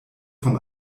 von